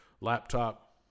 Laptop